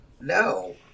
No